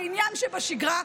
כעניין שבשגרה,